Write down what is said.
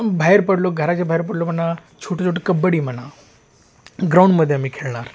बाहेर पडलो घराच्या बाहेर पडलो म्हणा छोटे छोटे कबड्डी म्हणा ग्राउंडमध्ये आम्ही खेळणार